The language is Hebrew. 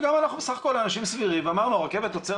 ואנחנו בסך הכל אנשים סבירים ואמרנו 'הרכבת עוצרת